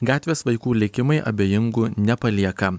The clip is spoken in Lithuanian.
gatvės vaikų likimai abejingų nepalieka